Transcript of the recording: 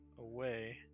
away